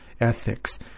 ethics